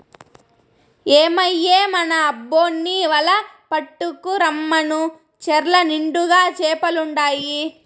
ఏమయ్యో మన అబ్బోన్ని వల పట్టుకు రమ్మను చెర్ల నిండుగా చేపలుండాయి